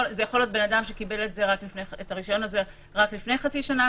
זה יכול להיות אדם שקיבל את הרשיון הזה רק לפני חצי שנה,